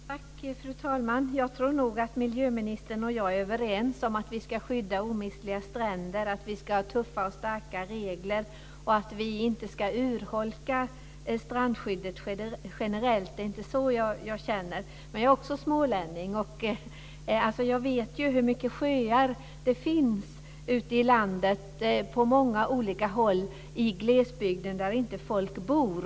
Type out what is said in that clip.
Fru talman! Jag tror nog att miljöministern och jag är överens om att vi ska skydda omistliga stränder, att vi ska ha tuffa och starka regler och att vi inte ska urholka strandskyddet generellt. Det är inte så jag känner. Men jag är också smålänning, och jag vet hur mycket sjöar det finns ute i landet, på många olika håll i glesbygden där folk inte bor.